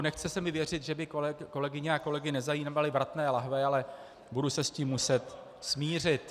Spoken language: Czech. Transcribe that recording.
Nechce se mi věřit, že by kolegyně a kolegy nezajímaly vratné lahve, ale budu se s tím muset smířit.